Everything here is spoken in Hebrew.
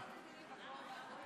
לא,